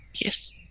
Yes